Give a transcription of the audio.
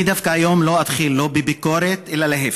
אני דווקא היום לא אתחיל בביקורת אלא להפך,